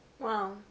Wow